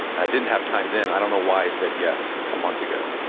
i didn't have time then. i don't why i said yes a month ago.